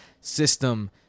system